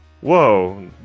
Whoa